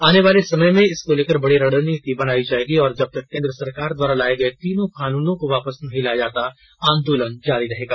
आने वाले समय में इसको लेकर बड़ी रणनीति बनाई जाएगी और जब तक केंद्र सरकार द्वारा लाए गए तीनों कानूनों को वापस नहीं लिया जाता आंदोलन जारी रहेगा